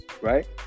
right